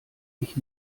ich